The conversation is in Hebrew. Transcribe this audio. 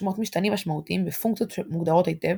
שמות משתנים משמעותיים ופונקציות מוגדרות היטב